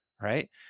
right